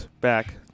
back